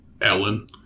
Ellen